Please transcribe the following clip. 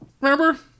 Remember